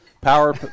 Power